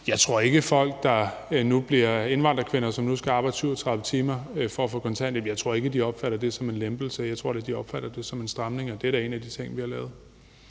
jeg ikke tror, at indvandrerkvinder, som nu skal arbejde 37 timer for at få kontanthjælp, opfatter det som en lempelse. Jeg tror da, at de opfatter det som en stramning, og det er da en af de ting, vi har lavet.